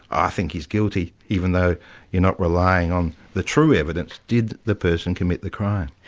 i think he's guilty, even though you're not relying on the true evidence did the person commit the crime?